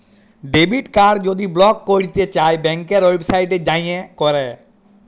debit card যদি block ক্যইরতে চাই ব্যাংকের ওয়েবসাইটে যাঁয়ে ক্যরে